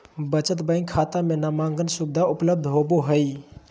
बचत बैंक खाता में नामांकन सुविधा उपलब्ध होबो हइ